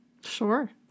Sure